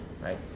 right